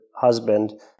husband